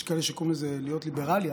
יש כאלה שקוראים לזה להיות ליברלי,